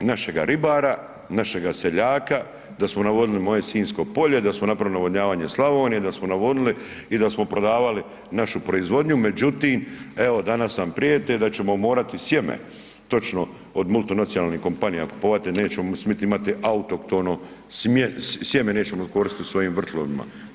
našega ribara, našega seljaka, da smo navodnili moje Sinjsko polje, da smo napravili navodnjavanje Slavonije, da smo navodili i da smo prodavali našu proizvodnju, međutim evo danas nam prijete da ćemo morati sjeme, točno od multinacionalnih kompanija kupovati, nećemo smit imati autohtono, sjeme nećemo koristit u svojim vrtovima.